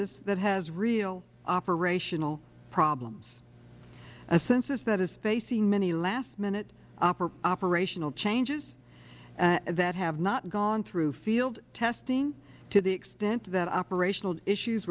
us that has real operational problems a census that is facing many last minute operational changes that have not gone through field testing to the extent that operational issues